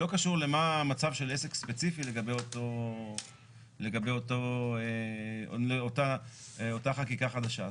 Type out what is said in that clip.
לא קשור למה המצב של עסק ספציפי לגבי אותה חקיקה חדשה.